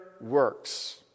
works